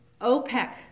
OPEC